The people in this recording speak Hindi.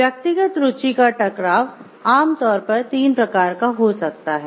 व्यक्तिगत रुचि का टकराव आम तौर पर तीन प्रकार का हो सकता है